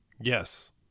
Yes